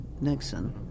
Nixon